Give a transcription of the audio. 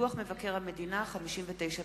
דוח מבקר המדינה 59ב,